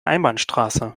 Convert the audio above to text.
einbahnstraße